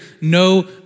no